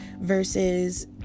versus